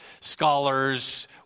scholars